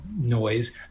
noise